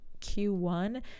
Q1